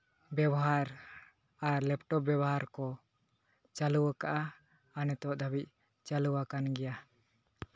ᱵᱮᱵᱚᱦᱟᱨ ᱟᱨ ᱞᱮᱯᱴᱚᱯ ᱵᱮᱵᱚᱦᱟᱨ ᱠᱚ ᱪᱟᱹᱞᱩ ᱠᱟᱜᱼᱟ ᱟᱨ ᱱᱤᱛᱚᱜ ᱫᱷᱟᱹᱵᱤᱡ ᱪᱟᱹᱞᱩ ᱟᱠᱟᱱ ᱜᱮᱭᱟ